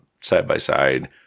side-by-side